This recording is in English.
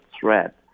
threat